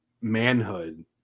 manhood